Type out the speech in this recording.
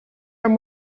amb